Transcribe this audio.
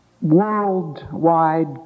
worldwide